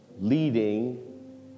leading